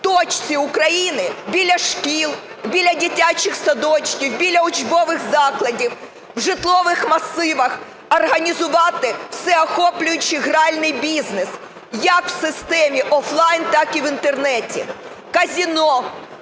точці України, біля шкіл, біля дитячих садочків, біля учбових закладів, в житлових масивах, організувати всеохоплюючий гральний бізнес як в системі оффлайн, так і в Інтернеті – казино,